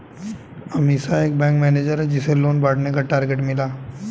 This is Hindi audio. अमीषा एक बैंक मैनेजर है जिसे लोन बांटने का टारगेट मिला